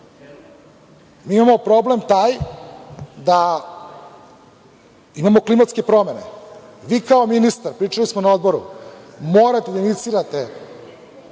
imamo problem taj da imao klimatske promene. Vi kao ministar, pričali smo na Odboru, morate da inicirate